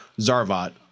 zarvat